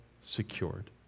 secured